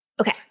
Okay